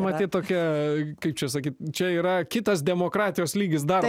matyt tokia kaip čia sakyt čia yra kitas demokratijos lygis dar